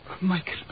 Michael